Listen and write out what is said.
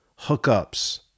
hookups